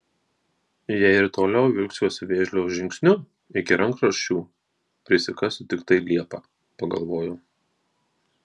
jei ir toliau vilksiuosi vėžlio žingsniu iki rankraščių prisikasiu tiktai liepą pagalvojo